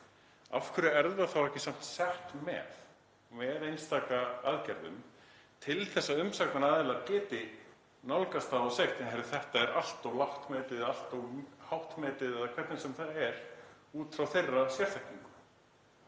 Af hverju er það ekki samt sett með, með einstaka aðgerðum til þess að umsagnaraðilar geti nálgast það og sagt: Þetta er allt of lágt metið eða allt of hátt metið, eða hvernig sem það er, út frá þeirra sérþekkingu?